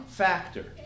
factor